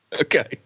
Okay